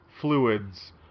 fluids